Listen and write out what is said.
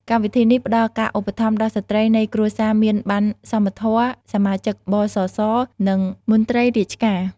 កម្មវិធីនេះផ្តល់ការឧបត្ថម្ភដល់ស្ត្រីនៃគ្រួសារមានបណ្ណសមធម៌ សមាជិក ប.ស.ស. និងមន្ត្រីរាជការ។